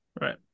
Right